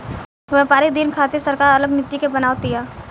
व्यापारिक दिन खातिर सरकार अलग नीति के बनाव तिया